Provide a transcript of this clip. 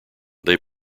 they